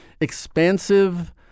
expansive